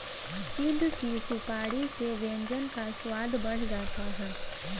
चिढ़ की सुपारी से व्यंजन का स्वाद बढ़ जाता है